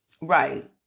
Right